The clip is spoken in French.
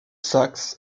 saxe